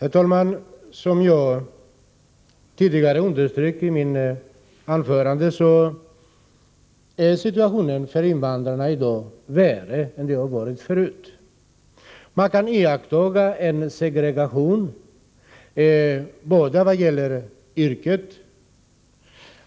Herr talman! Som jag tidigare underströk i mitt anförande är situationen för invandrarna i dag värre än den varit förut. Man kan iaktta en segregation när det gäller yrke.